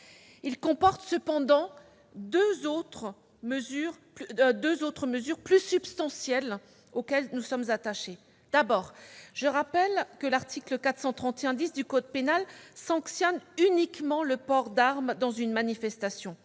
Il comporte cependant deux autres mesures plus substantielles auxquelles nous sommes attachés. D'une part, l'article 431-10 du code pénal sanctionne uniquement le port d'arme dans une manifestation.